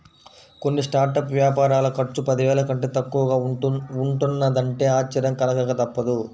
కొన్ని స్టార్టప్ వ్యాపారాల ఖర్చు పదివేల కంటే తక్కువగా ఉంటున్నదంటే ఆశ్చర్యం కలగక తప్పదు